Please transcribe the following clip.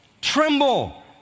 Tremble